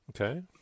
Okay